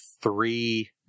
three